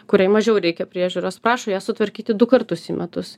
kuriai mažiau reikia priežiūros prašo ją sutvarkyti du kartus į metus